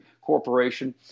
corporation